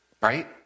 Right